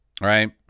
right